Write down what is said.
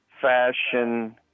fashion